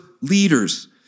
leaders